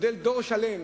גדל דור שלם